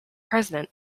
president